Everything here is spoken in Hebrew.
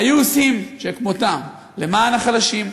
היו עושים כמותם למען החלשים,